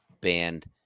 band